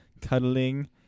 cuddling